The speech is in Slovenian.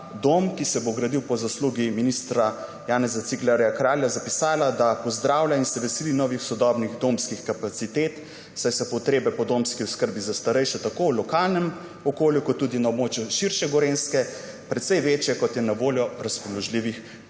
dom, ki se bo gradil po zaslugi ministra Janeza Ciglerja Kralja, zapisala, da pozdravlja in se veseli novih sodobnih domskih kapacitet, saj se potrebe po domski oskrbi za starejše tako v lokalnem okolju kot tudi na območju širše Gorenjske precej večje, kot je na voljo razpoložljivih kapacitet.